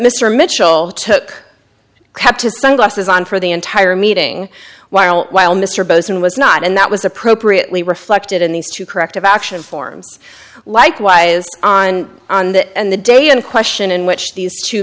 mr mitchell took kept his sunglasses on for the entire meeting while while mr bozeman was not and that was appropriately reflected in these two corrective action forms likewise on on that and the day in question in which these two